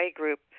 group